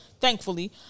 thankfully